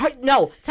no